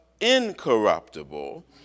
incorruptible